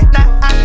Nah